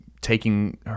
taking